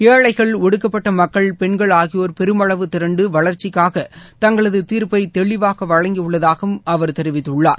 ஏழைகள் ஒடுக்கப்பட்ட மக்கள் பெண்கள் ஆகியோர் பெருமளவு திரண்டு வளர்ச்சிக்காக தங்களது தீர்ப்பை தெளிவாக வழங்கியுள்ளதாகவும் அவர் தெரிவித்துள்ளார்